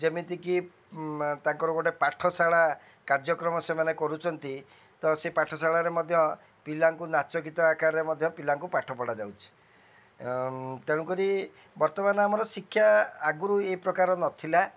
ଯେମିତିକି ତାଙ୍କର ଗୋଟେ ପାଠଶାଳା କାର୍ଯ୍ୟକ୍ରମ ସେମାନେ କରୁଛନ୍ତି ତ ସେ ପାଠଶାଳାରେ ମଧ୍ୟ ପିଲାଙ୍କୁ ନାଚ ଗୀତ ଆକାରରେ ମଧ୍ୟ ପିଲାଙ୍କୁ ପାଠ ପଢ଼ା ଯାଉଛି ତେଣୁକରି ବର୍ତ୍ତମାନ ଆମର ଶିକ୍ଷା ଆଗୁରୁ ଏ ପ୍ରକାର ର ନଥିଲା